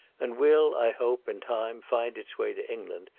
and will, i hope, in time find its way to england,